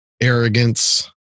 arrogance